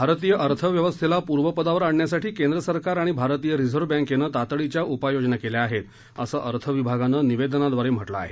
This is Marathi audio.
भारतीय अर्थव्यवस्थेला पूर्वपदावर आणण्यासाठी केंद्र सरकार आणि भारतीय रिझर्व्ह बँकेनं तातडीच्या उपाययोजना केल्या आहेत असं अर्थविभागानं निवेदनाद्वारे म्हटलं आहे